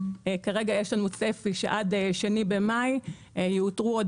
כרגע יש לנו צפי שעד 2 במאי יאותרו עוד